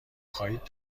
خواهید